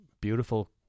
beautiful